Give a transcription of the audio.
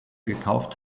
gekauft